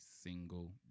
single